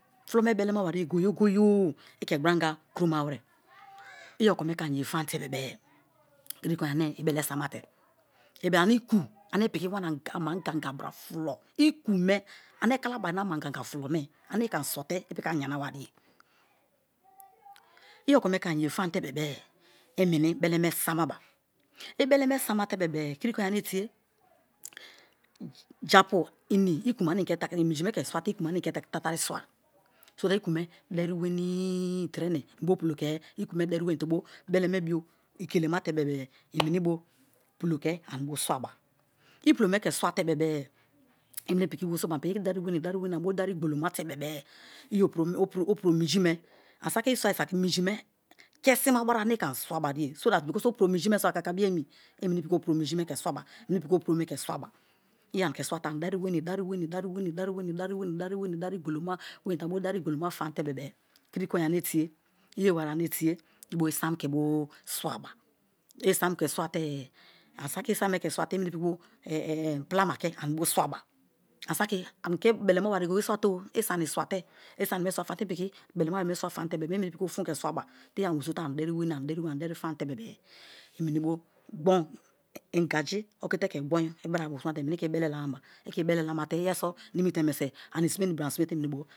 Fulo me belemabariye goye-goye-o i ke gbori-anga kuroma were i okome ke ani ye fam-te bebe-e kiri-konye ane i̱ be̱le̱ sa̱mate̱ iku ani piki wana amangaga bira fulo iku me ane kalaba rina amangaga bra fulo me ane i̱ke ani so̱ te i̱ piki ani yana wariye i okome ke ani ye fam-te be-i meni beleme samaba, i̱ beleme sama te bebe-e kiri konye ane tie, japu iku me tatari i minji me ke swatee iku me ane i ke tatari swa so that iku me dari wenii treme bo pulo ke, iku me deriweni te bō be̱le̱me̱ biō ikele mate bebe-e, i̠ meni bo pulo ke ani bo swaba, i pulo me ke swate bebee i meni pi̠ki̠ werisoba ani piki dari wenii, dariwenii ani bo dari gboloma te bebe-e. I̠ ōpurō minjime, ani saki i so̠i saki minji me kesima bra ane i ke ani swabariye because opuro minji me so akaka biō emi i meni ōpurō minji me ke swaba meni piki ōpurō me ke swaba i̠ ani ke swate ani dari wenii, dari wenii dari wenii dari gboloma wenii te ani bo dari gbo̠lòma fam-te-be̠-be̠-e kiri konye ane tie iyeware ane tie i bo isam ke bo swaba isam ke scuate-e ani saki i̠ isam me ke suwate i meni piki bo pilama ke ani bo swaba. Ani saki anike belemabare go̠ye-go̠ye i̠ swate-o i̠ sani swate, i sani me swa famte i piki bo ani belemabare me swa fam-te i meni piki bo fan ke swaba i ani weri sote ani deri wenii deri wenii ani deri fam-te bebe-e i meni bo gbon ingaji okite ke gbon ibera bo swate i ke ibele lamaba i ke i bele lamate i yeri so nimite mi̠ne ani si̠me na ibibra ani si̠mete i meni bō